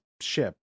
ship